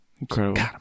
Incredible